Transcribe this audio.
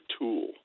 tool